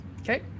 Okay